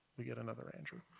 we get another andrew.